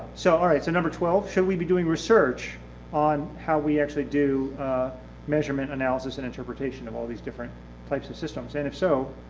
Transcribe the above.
so and number twelve, shall we be doing research on how we actually do measurement analysis and interpretation of all these different types of systems, and, if so,